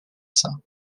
saints